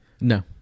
No